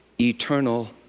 Eternal